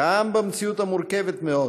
גם במציאות המורכבת מאוד,